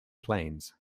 planes